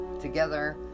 together